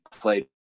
played